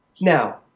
Now